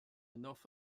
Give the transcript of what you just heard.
north